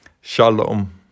Shalom